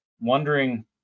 wondering